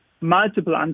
multiple